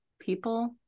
people